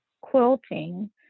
quilting